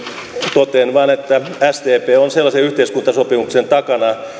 totean vain että sdp on sellaisen yhteiskuntasopimuksen takana